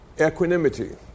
equanimity